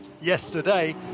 yesterday